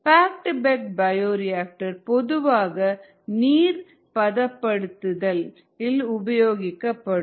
packed bed bioreactor பொதுவாக நீர் பதப்படுத்துதல் இல் உபயோகிக்கப்படும்